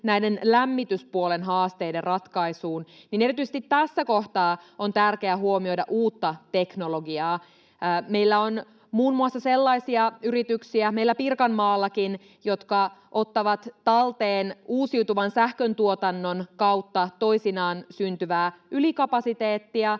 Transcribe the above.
muutenkin lämmityspuolen haasteiden ratkaisuun — että erityisesti tässä kohtaa on tärkeää huomioida uutta teknologiaa. Meillä Pirkanmaallakin on muun muassa sellaisia yrityksiä, jotka ottavat talteen uusiutuvan sähköntuotannon kautta toisinaan syntyvää ylikapasiteettia